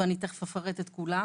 ואני תכף אפרט את כולם.